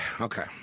okay